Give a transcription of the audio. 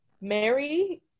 mary